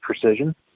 precision